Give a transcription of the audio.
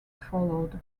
followed